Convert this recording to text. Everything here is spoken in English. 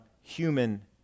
human